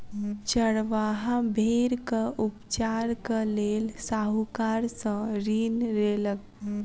चरवाहा भेड़क उपचारक लेल साहूकार सॅ ऋण लेलक